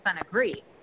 agree